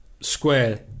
square